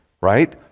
right